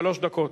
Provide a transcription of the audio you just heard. שלוש דקות.